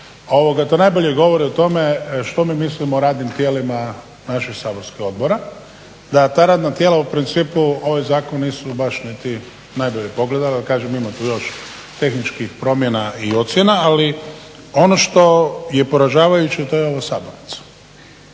to najbolje govori o tome što mi mislimo o radnim tijelima naših saborskih odbora, da ta radna tijela u principu ovi Zakoni nisu baš niti najbolje pogledali. Ima tu još tehničkih promjena i ocjena ali ono što je poražavajuće to je ova sabornica